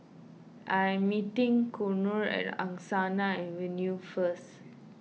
I am meeting Konnor at Angsana Avenue first